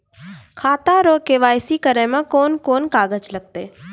खाता रो के.वाइ.सी करै मे कोन कोन कागज लागतै?